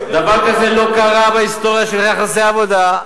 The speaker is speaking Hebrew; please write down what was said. דבר כזה לא קרה בהיסטוריה של יחסי עבודה,